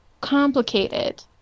complicated